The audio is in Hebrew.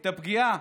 את הפגיעה,